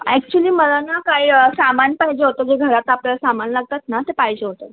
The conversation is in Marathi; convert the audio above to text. ॲक्च्युली मला ना काही सामान पाहिजे होतं जे घरात आपल्याला सामान लागतात ना ते पाहिजे होतं